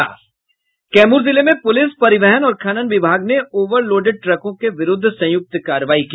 कैमूर जिले में प्रलिस परिवहन और खनन विभाग ने ओवरलोडेड ट्रकों के विरूद्ध संयुक्त कार्रवाई की